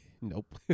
Nope